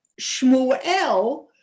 Shmuel